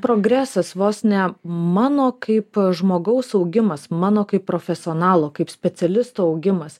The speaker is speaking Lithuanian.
progresas vos ne mano kaip žmogaus augimas mano kaip profesionalo kaip specialisto augimas